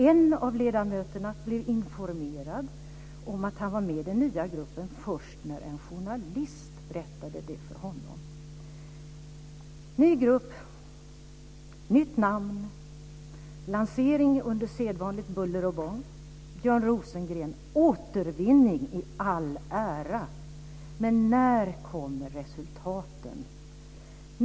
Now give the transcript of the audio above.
En av ledamöterna blev informerad om att han var med i den nya gruppen först när en journalist berättade det för honom. Det är alltså en ny grupp, nytt namn och lansering under sedvanligt buller och bång. Björn Rosengren - återvinning i all ära men när kommer resultaten?